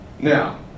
Now